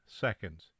seconds